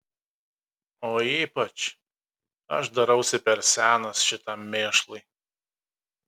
o ypač aš darausi per senas šitam mėšlui